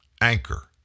anchor